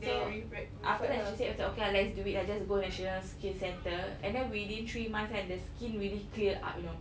so after that she said macam okay ah let's do it lah just go national skin centre and then within three months kan the skin really clear up you know